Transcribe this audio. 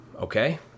Okay